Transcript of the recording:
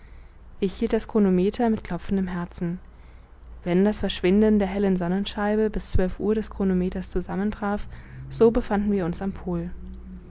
ich hielt das chronometer mit klopfendem herzen wenn das verschwinden der hellen sonnenscheibe mit zwölf uhr des chronometers zusammentraf so befanden wir uns am pol